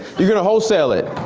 you're going to wholesale it.